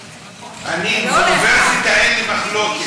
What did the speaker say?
אני, על האוניברסיטה, אין לי מחלוקת.